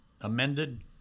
amended